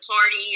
party